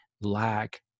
lack